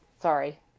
sorry